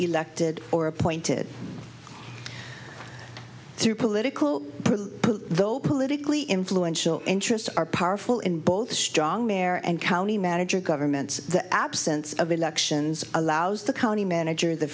elected or appointed through political though politically influential interests are powerful in both a strong mare and county manager governments the absence of elections allows the county manager